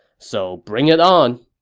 so bring it on!